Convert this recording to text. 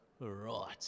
right